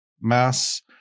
mass